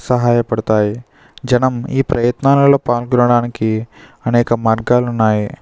సహాయ పడతాయి జనం ఈ ప్రయత్నాలలో పాల్గొనడానికి అనేక మార్గాలు ఉన్నాయి